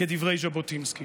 כדברי ז'בוטינסקי.